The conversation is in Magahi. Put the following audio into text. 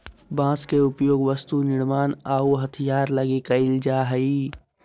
बांस के उपयोग वस्तु निर्मान आऊ हथियार लगी कईल जा हइ